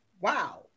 Wow